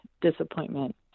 disappointment